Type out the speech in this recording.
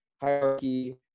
hierarchy